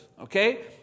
okay